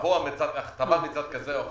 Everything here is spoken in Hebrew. הכתבה מצד כזה או אחר.